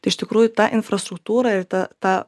tai iš tikrųjų ta infrastruktūra ir ta ta